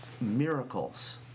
miracles